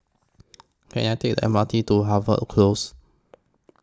Can I Take The M R T to Harvey Close